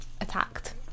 attacked